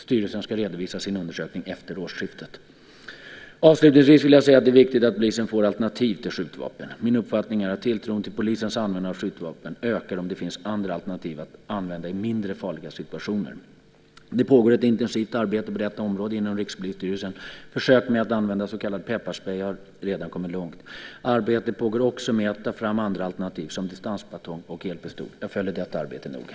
Styrelsen ska redovisa sin undersökning efter årsskiftet. Avslutningsvis vill jag säga att det är viktigt att polisen får alternativ till skjutvapen. Min uppfattning är att tilltron till polisens användning av skjutvapen ökar om det finns andra alternativ att använda i mindre farliga situationer. Det pågår ett intensivt arbete på detta område inom Rikspolisstyrelsen. Försök med att använda så kallad pepparspray har redan kommit långt. Arbete pågår också med att ta fram andra alternativ, som distansbatong och elpistol. Jag följer detta arbete noga.